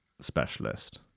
specialist